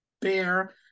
bear